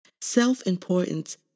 Self-importance